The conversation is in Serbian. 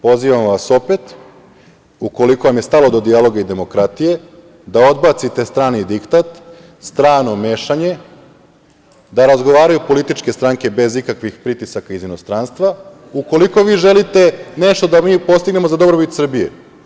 Pozivamo vas opet, ukoliko vam je stalo do dijaloga i demokratije, da odbacite strani diktat, strano mešanje, da razgovaraju političke stranke bez ikakvih pritisaka iz inostranstva ukoliko vi želite nešto da mi postignemo za dobrobit Srbije.